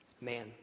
man